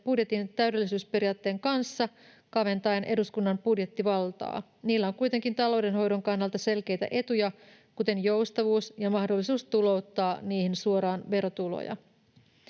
budjetin täydellisyysperiaatteen kanssa kaventaen eduskunnan budjettivaltaa. Niillä on kuitenkin taloudenhoidon kannalta selkeitä etuja, kuten joustavuus ja mahdollisuus tulouttaa niihin suoraan verotuloja.